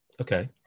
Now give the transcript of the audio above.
Okay